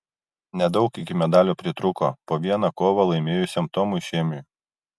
nedaug iki medalio pritrūko po vieną kovą laimėjusiam tomui šėmiui